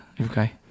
Okay